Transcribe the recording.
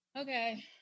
Okay